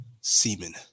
Semen